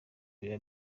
biba